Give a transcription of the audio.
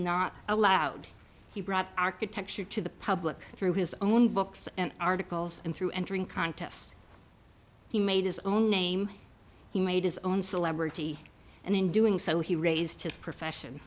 not allowed he brought architecture to the public through his own books and articles and through entering contests he made his own name he made his own celebrity and in doing so he raised his profession